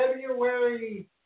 February